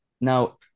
Now